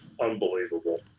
unbelievable